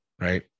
right